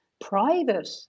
private